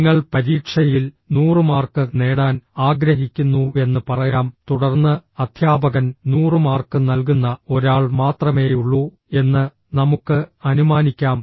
നിങ്ങൾ പരീക്ഷയിൽ 100 മാർക്ക് നേടാൻ ആഗ്രഹിക്കുന്നുവെന്ന് പറയാം തുടർന്ന് അധ്യാപകൻ 100 മാർക്ക് നൽകുന്ന ഒരാൾ മാത്രമേയുള്ളൂ എന്ന് നമുക്ക് അനുമാനിക്കാം